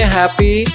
happy